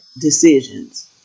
decisions